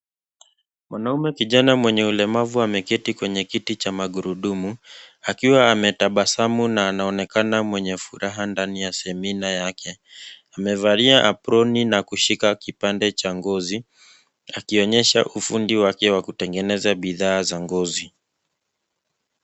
Mwanaume kijana mwenye ulemavu ameketi kwenye kiti cha magurudumu, akiwa ametabasamu na anaonekana mwenye furaha ndani ya semina yake. Amevalia aproni na kushika kipande cha ngozi akionyesha ufundi wake wa kutengeneza bidhaa za ngozi.